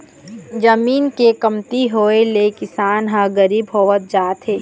जमीन के कमती होए ले किसान ह गरीब होवत जावत हे